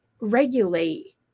regulate